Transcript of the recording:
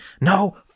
no